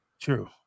true